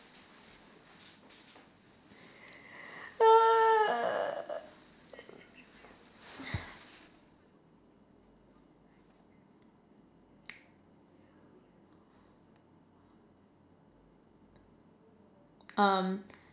um